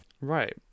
right